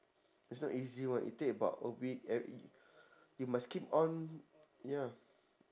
it's not easy [one] it take about a week every~ you must keep on ya